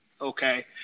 Okay